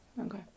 Okay